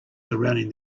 surrounding